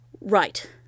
Right